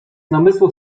namysłu